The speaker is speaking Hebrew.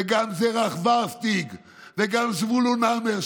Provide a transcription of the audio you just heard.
וגם זרח ורהפטיג וגם זבולון המר,